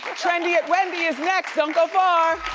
trendy wendy is next, don't go far.